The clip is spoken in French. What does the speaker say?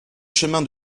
chemin